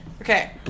Okay